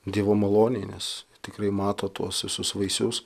dievo malonėj nes tikrai mato tuos visus vaisius